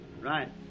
Right